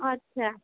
अच्छा